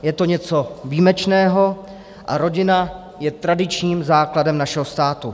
Je to něco výjimečného a rodina je tradičním základem našeho státu.